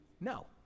no